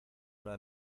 una